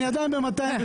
אני עדיין ב-206.